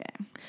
Okay